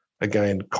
again